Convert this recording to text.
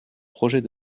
projet